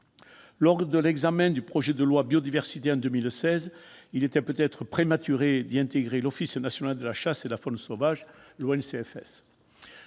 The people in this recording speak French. Lors de l'examen du projet de loi « biodiversité » en 2016, il était peut-être prématuré d'y intégrer l'Office national de la chasse et de la faune sauvage, ONCFS.